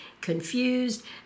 confused